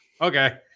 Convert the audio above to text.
Okay